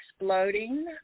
exploding